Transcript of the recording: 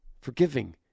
Forgiving